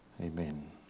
Amen